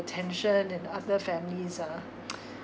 attention and other families ah